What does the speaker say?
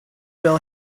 will